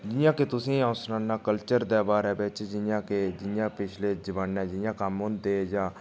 जियां कि तुसेंई अ'ऊं सनाना कल्चर दे बारै बिच्च जियां के जियां पिछले जमाने जियां कम्म होंदे जां